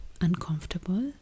uncomfortable